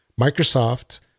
Microsoft